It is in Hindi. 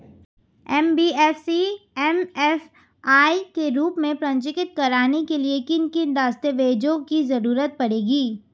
एन.बी.एफ.सी एम.एफ.आई के रूप में पंजीकृत कराने के लिए किन किन दस्तावेजों की जरूरत पड़ेगी?